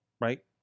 Right